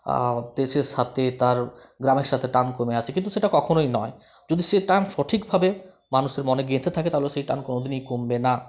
দেশের সাথে তার গ্রামের সাথে টান কমে আসে কিন্তু সেটা কখনই নয় যদি সে টান সঠিকভাবে মানুষের মনে গেঁথে থাকে তাহলে সে টান কোনোদিনই কমবে না